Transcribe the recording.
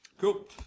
Cool